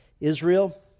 Israel